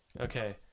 okay